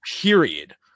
Period